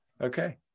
Okay